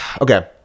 okay